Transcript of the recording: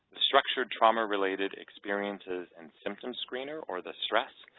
structured trauma-related experiences and symptoms screener, or the stress,